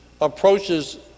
approaches